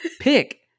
pick